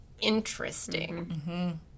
interesting